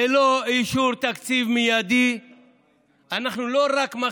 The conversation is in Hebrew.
ללא אישור תקציב מיידי אנחנו לא רק לא